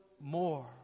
more